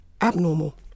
abnormal